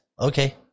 Okay